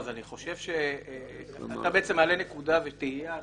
אתה בעצם מעלה נקודה ותהייה,